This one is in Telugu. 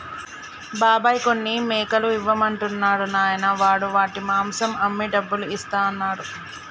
బాబాయ్ కొన్ని మేకలు ఇవ్వమంటున్నాడు నాయనా వాడు వాటి మాంసం అమ్మి డబ్బులు ఇస్తా అన్నాడు